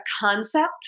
concept